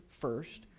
first